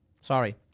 Sorry